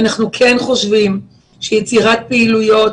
אנחנו כן חושבים שיצירת פעילויות,